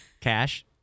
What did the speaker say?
Cash